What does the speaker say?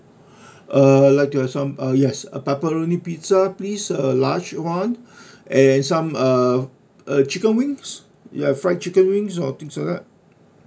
uh like you have some uh yes a pepperoni pizza please uh large one eh some uh uh chicken wings you have fried chicken wings or things like that